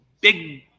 big